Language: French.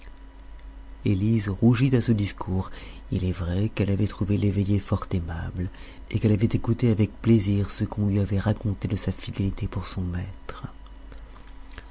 elise rougit à ce discours il est vrai qu'elle avait trouvé l'eveillé fort aimable et qu'elle avait écouté avec plaisir ce qu'on lui avait raconté de sa fidélité pour son maître